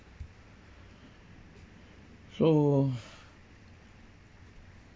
so